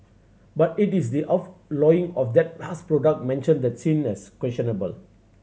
but it is the outlawing of that last product mentioned that's seen as questionable